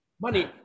Money